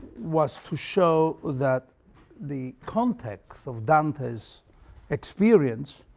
was to show that the context of dante's experience,